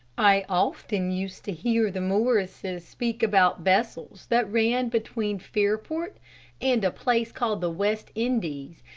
i often used to hear the morrises speak about vessels that ran between fairport and a place called the west indies,